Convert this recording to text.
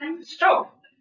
Stop